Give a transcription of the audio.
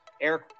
Eric